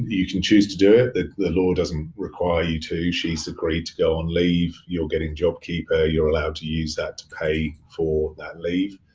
you can choose to do it but the law doesn't require you to. she's agreed to go on leave, you're getting jobkeeper, you're allowed to use that to pay for that leave.